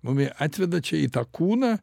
mumi atveda čia į tą kūną